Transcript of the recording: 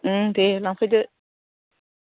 दे लांफैदो